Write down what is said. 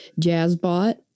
jazzbot